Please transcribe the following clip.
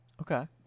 Okay